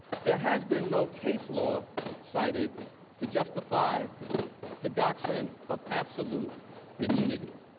there has been no case law cited to justify the doctrine of absolute immunity.